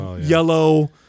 yellow